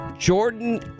Jordan